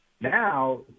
Now